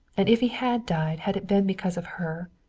and if he had died had it been because of her?